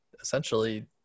essentially